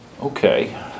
Okay